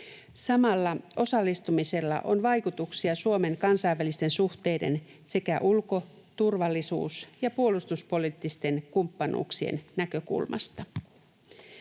Samalla osallistumisella on vaikutuksia Suomen kansainvälisten suhteiden sekä ulko‑, turvallisuus‑ ja puolustuspoliittisten kumppanuuksien näkökulmasta.